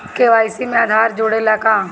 KYC में आधार जुड़े ला का?